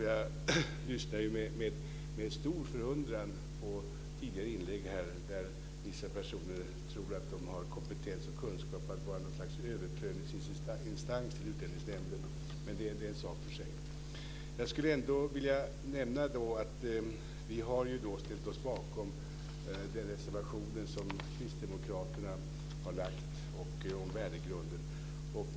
Jag lyssnade med stor förundran på tidigare inlägg här där vissa personer tror att de har kompetens och kunskap att vara något slags överprövningsinstans till Utlänningsnämnden, men det är en sak för sig. Jag skulle ändå vilja nämna att vi har ställt oss bakom kristdemokraternas reservation om värdegrunden.